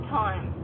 time